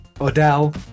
Odell